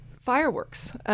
fireworks